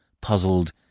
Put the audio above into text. puzzled